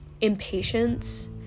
impatience